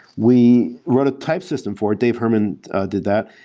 we run a type system for it. dave herman did that.